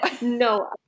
No